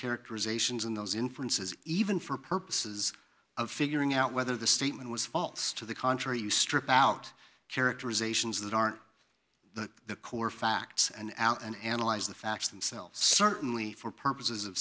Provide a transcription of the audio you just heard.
characterizations in those inferences even for purposes of figuring out whether the statement was false to the contrary you strip out characterizations that are the core facts and out and analyze the facts themselves certainly for purposes